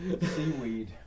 Seaweed